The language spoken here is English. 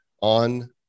on